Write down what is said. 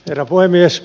herra puhemies